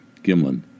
Gimlin